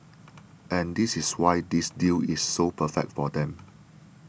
and this is why this deal is so perfect for them